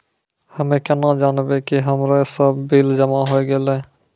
हम्मे केना जानबै कि हमरो सब बिल जमा होय गैलै?